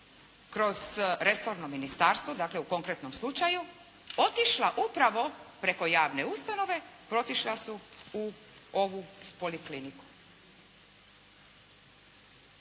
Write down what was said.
kroz resorno ministarstvo, dakle u konkretnom slučaju otišla upravo preko javne ustanove otišla su u ovu polikliniku.